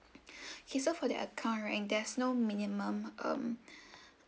K so for the account right there's no minimum um